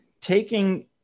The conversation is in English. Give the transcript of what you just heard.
taking